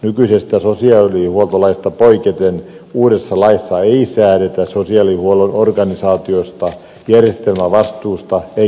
nykyisestä sosiaalihuoltolaista poiketen uudessa laissa ei säädetä sosiaalihuollon organisaatiosta järjestelmävastuusta eikä valvonnasta